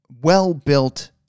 well-built